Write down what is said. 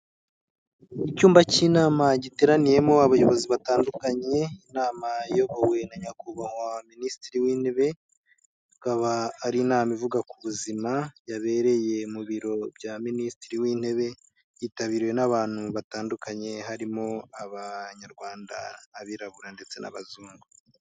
Icyumba cy'inama giteraniyemo abayobozi batandukanye, inama iyobowe na nyakubahwa minisitiri w'intebe, ikaba ari inama ivuga ku buzima yabereye mu biro bya minisitiri w'intebe yitabiriwe n'abantu batandukanye, harimo abanyarwanda, abirabura ndetse n'abazungu.